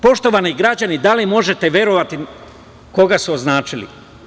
Poštovani građani, da li možete verovati koga su označili?